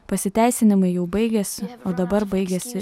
pasiteisinimai jau baigiasi o dabar baigiasi